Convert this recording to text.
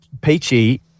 Peachy